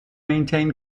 maintain